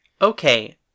Okay